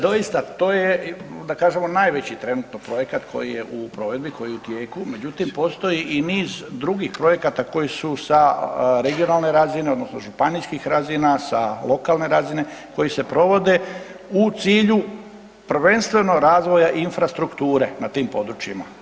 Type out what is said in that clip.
Doista, to je da kažemo najveći trenutno projekat koji je u provedbi, koji je u tijeku, međutim postoji i niz drugih projekata koji su sa regionalne razine odnosno županijskih razina, sa lokalne razine koji se provode u cilju prvenstveno razvoja infrastrukture na tim područjima.